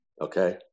okay